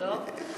טוב.